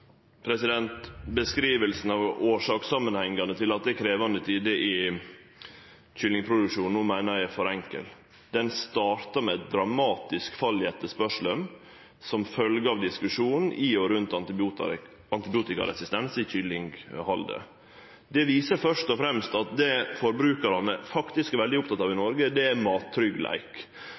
det no er krevjande tider i kyllingproduksjonen, meiner eg er for enkel. Det starta med eit dramatisk fall i etterspurnaden, som følgje av diskusjonen rundt antibiotikaresistens i kyllinghaldet. Dette viser først og fremst at det forbrukarane faktisk er veldig opptekne av i Noreg, er mattryggleik.